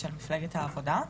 של מפלגת העבודה.